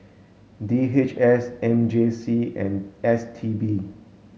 D H S M J C and S T B